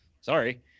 sorry